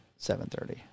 7.30